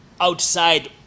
outside